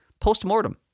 post-mortem